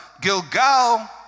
Gilgal